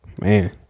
man